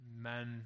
men